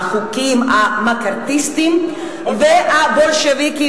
את החוקים המקארתיסטיים והבולשביקיים,